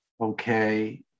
okay